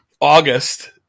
August